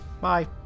Bye